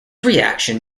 reaction